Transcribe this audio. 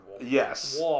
Yes